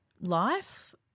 life